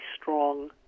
strong